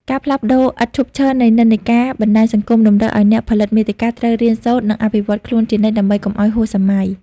ការផ្លាស់ប្តូរឥតឈប់ឈរនៃនិន្នាការបណ្តាញសង្គម តម្រូវឱ្យអ្នកបង្កើតមាតិកាត្រូវរៀនសូត្រ និងអភិវឌ្ឍខ្លួនជានិច្ចដើម្បីកុំឱ្យហួសសម័យ។